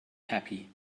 happy